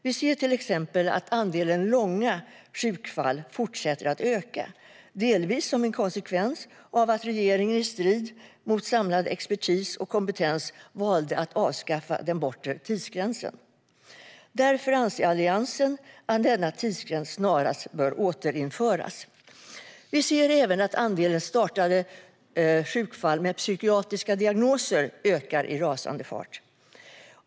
Vi ser till exempel att andelen långvariga sjukfall fortsätter att öka, delvis som en konsekvens av att regeringen i strid mot samlad expertis och kompetens valde att avskaffa den bortre tidsgränsen. Därför anser Alliansen att denna tidsgräns snarast bör återinföras. Vi ser även att andelen startade sjukfall med psykiatriska diagnoser ökar i rasande fart.